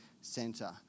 centre